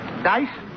Dice